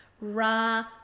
Ra